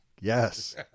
Yes